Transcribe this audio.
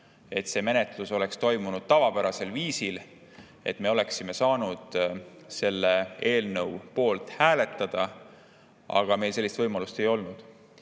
et see menetlus oleks toimunud tavapärasel viisil, et me oleksime saanud selle eelnõu poolt hääletada, aga sellist võimalust meil ei olnud.